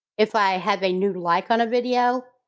if i have a new like on a video,